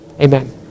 Amen